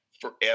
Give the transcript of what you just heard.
forever